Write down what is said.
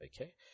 Okay